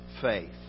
faith